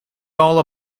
all